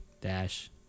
dash